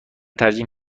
ترجیح